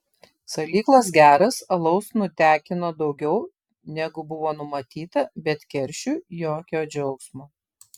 salyklas geras alaus nutekino daugiau negu buvo numatyta bet keršiui jokio džiaugsmo